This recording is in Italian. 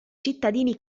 cittadini